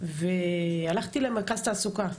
והלכתי למרכז התעסוקה.